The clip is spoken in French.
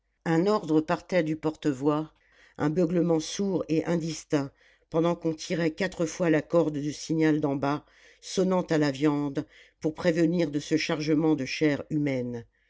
un ordre partait du porte-voix un beuglement sourd et indistinct pendant qu'on tirait quatre fois la corde du signal d'en bas sonnant à la viande pour prévenir de ce chargement de chair humaine